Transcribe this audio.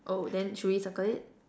oh then should we circle it